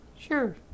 Sure